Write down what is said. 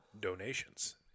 donations